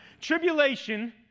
Tribulation